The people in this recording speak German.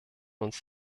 uns